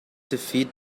defeat